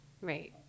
Right